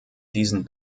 diesen